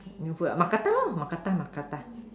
new food mookata lor mookata mookata